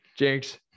Jinx